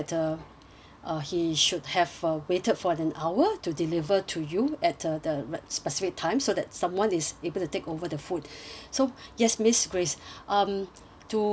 uh he should have uh waited for an hour to deliver to you at the specific time so that someone is able to take over the food so yes miss grace um to